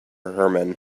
herman